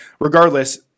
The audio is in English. Regardless